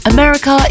America